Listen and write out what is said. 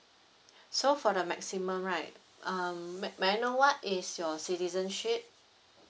so for the maximum right um may may I know what is your citizenship